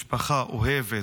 משפחה אוהבת,